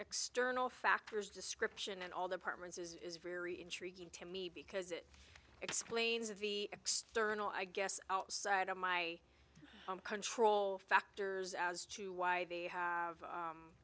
external factors description and all departments is very intriguing to me because it explains the external i guess outside of my control factors as to why they have